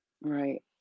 Right